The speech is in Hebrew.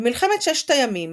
במלחמת ששת הימים